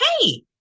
Hey